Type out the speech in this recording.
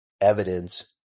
evidence